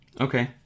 Okay